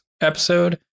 episode